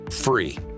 free